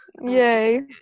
yay